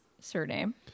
surname